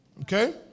Okay